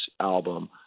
album